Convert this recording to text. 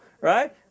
right